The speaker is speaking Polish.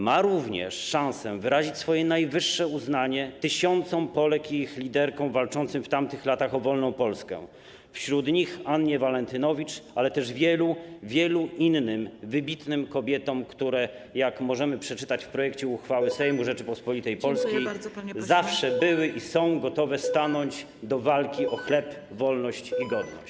Ma również szansę wyrazić swoje najwyższe uznanie dla tysięcy Polek i ich liderek walczących w tamtych latach o wolną Polskę, wśród nich dla Anny Walentynowicz, ale też wielu, wielu innych wybitnych kobiet, które - jak możemy przeczytać w projekcie uchwały Sejmu Rzeczypospolitej Polskiej - zawsze były i są gotowe stanąć do walki o chleb, wolność i godność.